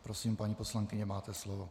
Prosím, paní poslankyně, máte slovo.